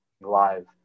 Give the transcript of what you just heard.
live